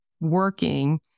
working